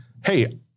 hey